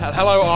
Hello